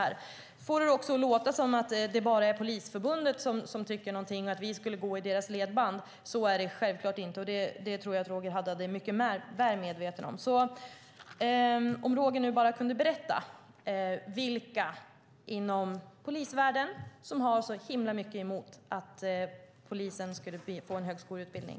Han får det också att låta som att det bara är Polisförbundet som tycker så här och att vi skulle gå i deras ledband. Så är det självklart inte, och det tror jag att Roger Haddad är mycket väl medveten om. Kan nu Roger bara berätta vilka inom polisvärlden som har så himla mycket emot att polisen skulle få en högskoleutbildning?